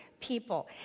people